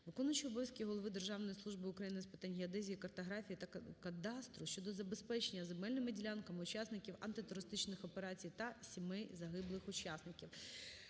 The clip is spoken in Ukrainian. виконуючого обов'язки голови Державної служби України з питань геодезії, картографії та кадастру щодо забезпечення земельними ділянками учасників антитерористичної операції та сімей загиблих учасників.